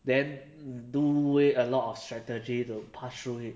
then do way a lot of strategy to pass through it